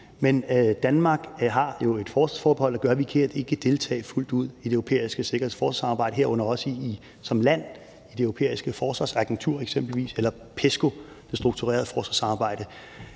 Men Danmark har jo et forsvarsforbehold, der gør, at vi ikke kan deltage fuldt ud i det europæiske sikkerheds- og forsvarssamarbejde, herunder også som land i eksempelvis Det Europæiske Forsvarsagentur, PESCO, det strukturerede forsvarssamarbejde.